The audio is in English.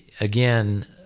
again